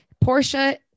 portia